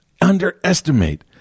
underestimate